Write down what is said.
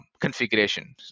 configuration